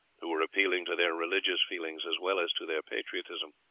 who were appealing to their religious feelings as well as to their patriotism.